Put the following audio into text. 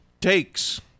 takes